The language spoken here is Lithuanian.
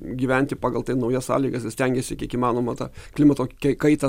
gyventi pagal tai naujas sąlygas ir stengiasi kiek įmanoma tą klimato kaitą